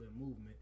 movement